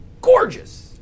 gorgeous